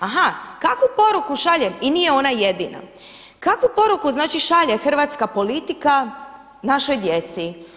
A ha, kakvu poruku šalje, i nije ona jedina, kakvu poruku znači šalje hrvatska politika našoj djeci?